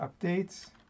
updates